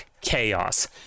chaos